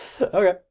Okay